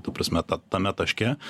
ta prasme tame taške